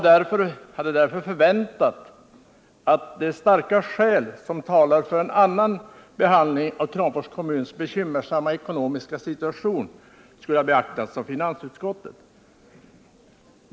Jag hade därför förväntat mig att de starka skäl som talar för en annan behandling av min motion angående Kramfors kommuns bekymmersamma ekonomiska situation skulle ha beaktats av finansutskottet.